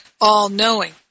all-knowing